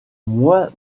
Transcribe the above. moins